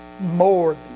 More